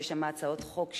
שיש שם הצעות חוק שלנו,